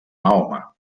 mahoma